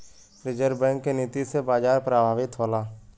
reserve bank क नीति से बाजार प्रभावित होला